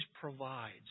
provides